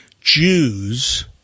Jews